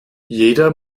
jeder